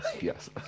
yes